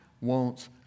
wants